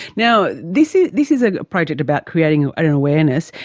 now, this is, this is a project about creating ah an an awareness.